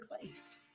place